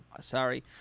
sorry